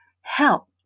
help